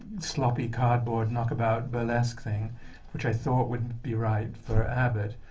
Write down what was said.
sloppy, cardboard, knockabout burlesque thing which i thought would be right for abbott.